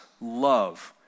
love